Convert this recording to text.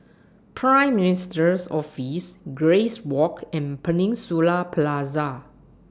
Prime Minister's Office Grace Walk and Peninsula Plaza